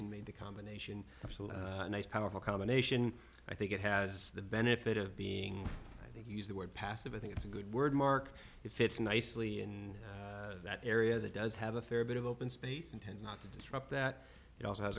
and made the combination of a nice powerful combination i think it has the benefit of being i think you use the word passive i think it's a good word mark it fits nicely in that area that does have a fair bit of open space and tends not to disrupt that it also has